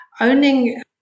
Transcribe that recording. owning